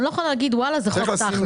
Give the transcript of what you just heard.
אני לא יכולה להגיד: וואלה, זה חוק תכל'ס.